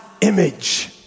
image